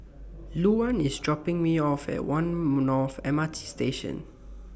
Luann IS dropping Me off At one North M R T Station